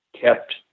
kept